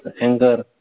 anger